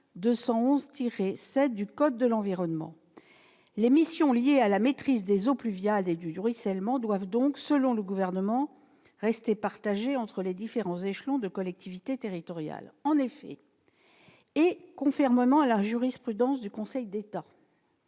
211-7 du code de l'environnement. Les missions liées à la maîtrise des eaux pluviales et du ruissellement doivent donc, selon le Gouvernement, rester partagées entre les différents échelons de collectivités territoriales. En effet, et conformément à la jurisprudence du Conseil d'État,